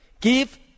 give